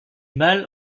mâles